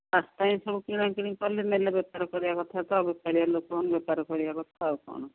ଶସ୍ତାରେ ଏସବୁ କିଣା କିଣି କଲେ ନେଲେ ବେପାର କରିବା କଥା ତ ବେପାରିଆ ଲୋକମାନେ ବେପାର କରିବା କଥା ଆଉ କ'ଣ